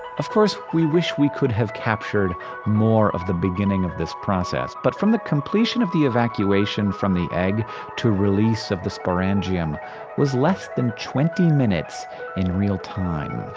of course we wish we could have captured more of the beginning of this process. but from the completion of the evacuation from the egg to release of the sporangium was less than twenty minutes in real time.